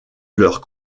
leur